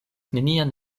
nenian